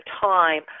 time